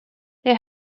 they